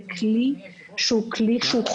שהוא כלי חובה,